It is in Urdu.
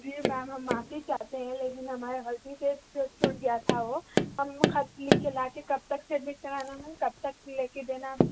جی میم ہم معافی چاہتے ہیں لیکن ہمارے غلطی سے چھوٹ گیا تھا وہ ہم خط لکھ کے لا کے کب تک سبمٹ کرانا ہے کب تک لے کے دینا